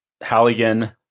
Halligan